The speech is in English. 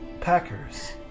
Packers